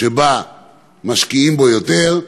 שבה משקיעים בו יותר,